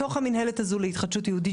פעולה.) בתוך המינהלת הזאת להתחדשות יהודית,